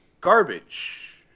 Garbage